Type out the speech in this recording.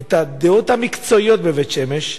את הדעות המקצועיות בבית-שמש,